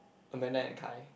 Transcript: Amanda and Kai